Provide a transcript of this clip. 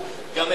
גם הם נפגעים,